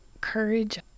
courage